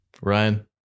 Ryan